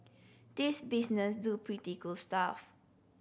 these business do pretty cool stuff